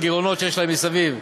הגירעונות שיש להם מסביב,